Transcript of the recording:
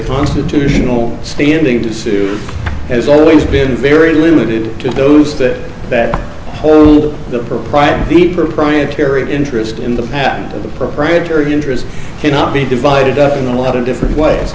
constitutional standing to sue has always been very limited to those that bet the proprietor the proprietary interest in the patent the proprietary interest cannot be divided up in a lot of different ways